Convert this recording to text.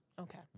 Okay